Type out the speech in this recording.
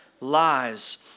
lives